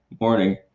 morning